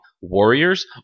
Warriors